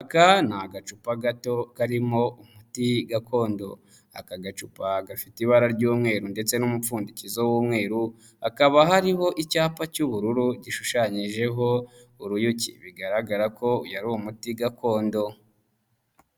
Aka ni agacupa gato karimo umuti gakondo, aka gacupa gafite ibara ry'umweru ndetse n'umupfundikizo w'umweru, hakaba hariho icyapa cy'ubururu gishushanyijeho uruyuki bigaragara ko uyu ari umuti gakondo.